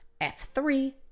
F3